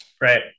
Right